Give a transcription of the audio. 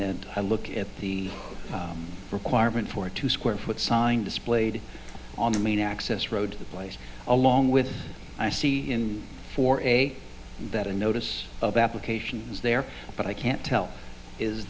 then i look at the requirement for two square foot sign displayed on the main access road to the place along with i see in for a that a notice of applications there but i can't tell is